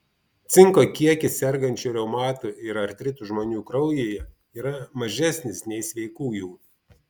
cinko kiekis sergančių reumatu ir artritu žmonių kraujyje yra mažesnis nei sveikųjų